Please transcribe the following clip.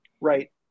Right